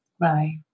Right